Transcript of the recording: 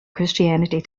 christianity